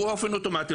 באופן אוטומטי,